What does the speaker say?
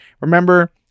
Remember